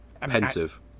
Pensive